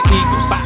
eagles